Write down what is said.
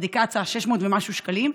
הבדיקה עולה 600 ומשהו שקלים,